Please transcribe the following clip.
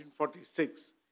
1946